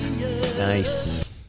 nice